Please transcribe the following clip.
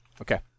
Okay